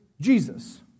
Jesus